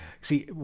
see